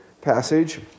passage